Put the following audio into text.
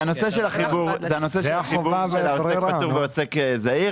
זה הנושא של החיבור של עוסק פטור ועוסק זעיר,